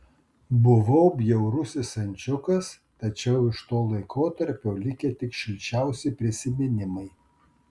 buvau bjaurusis ančiukas tačiau iš to laikotarpio likę tik šilčiausi prisiminimai